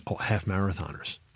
half-marathoners